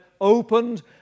opened